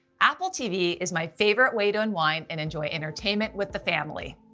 apple tv is my favorite way to unwind and enjoy entertainment with the family.